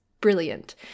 brilliant